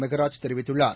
மெகராஜ் தெரிவித்துள்ளார்